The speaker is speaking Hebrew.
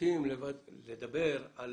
רוצים לדבר על